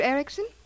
Erickson